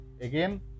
again